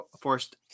forced